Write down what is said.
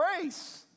grace